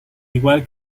igual